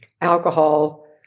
alcohol